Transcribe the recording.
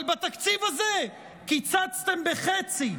אבל בתקציב הזה קיצצתם בחצי,